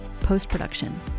post-production